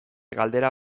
galdera